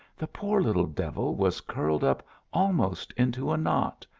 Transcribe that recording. the poor little devil was curled up almost into a knot,